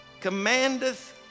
commandeth